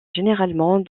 généralement